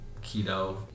keto